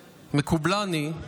מקובלני,